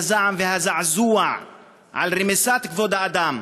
את הזעם והזעזוע על רמיסת כבוד האדם